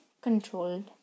controlled